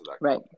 Right